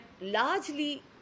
largely